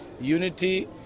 unity